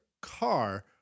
car